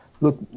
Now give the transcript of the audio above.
Look